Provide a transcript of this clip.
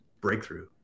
breakthrough